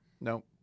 No